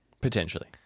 Potentially